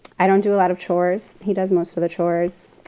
i don't do a lot of chores. he does most of the chores.